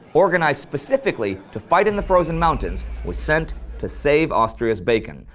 organized specifically to fight in the frozen mountains, was sent to save austria's bacon,